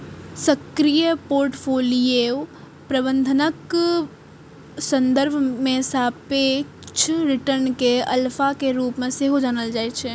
सक्रिय पोर्टफोलियो प्रबंधनक संदर्भ मे सापेक्ष रिटर्न कें अल्फा के रूप मे सेहो जानल जाइ छै